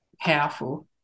powerful